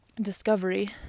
discovery